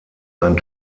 ein